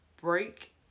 break